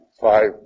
five